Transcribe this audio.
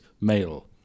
male